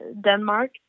Denmark